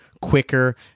quicker